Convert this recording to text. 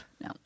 No